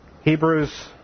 Hebrews